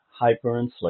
hyperinflation